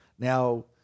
Now